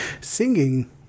Singing